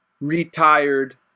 retired